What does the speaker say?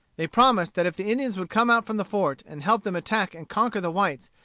they promised that if the indians would come out from the fort, and help them attack and conquer the whites,